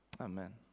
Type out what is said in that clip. Amen